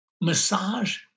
Massage